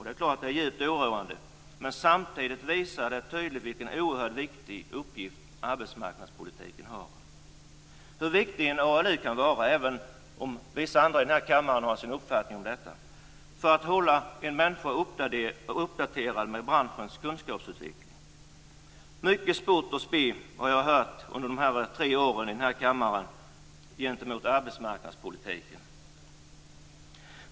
Det är djupt oroande, men samtidigt visar det tydligt vilken oerhört viktig uppgift arbetsmarknadspolitiken har, hur viktig en ALU kan vara, även om vissa i denna kammare har en annan uppfattning om detta, för att hålla en människa uppdaterad med branschens kunskapsutveckling. Mycket spott och spe har jag hört under de tre senaste åren om arbetsmarknadspolitiken.